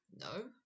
No